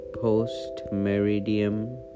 post-meridium